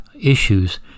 Issues